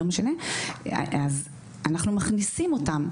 אז אנחנו מכניסים אותם,